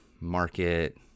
market